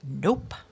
Nope